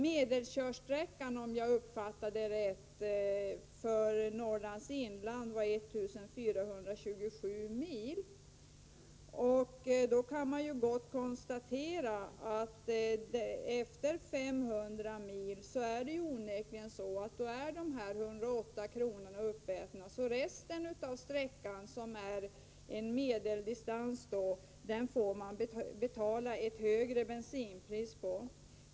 Medelkörsträckan för Norrlands inland var, om jag uppfattade det rätt, 1 427 mil. Efter 500 mil är onekligen de här 108 kronorna uppätna, så resten av sträckan, som är en medeldistans, får man betala ett högre bensinpris på.